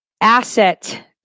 asset